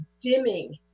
dimming